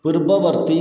ପୂର୍ବବର୍ତ୍ତୀ